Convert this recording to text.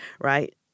right